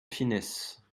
finesse